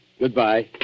Goodbye